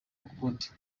ukundi